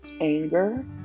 anger